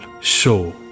show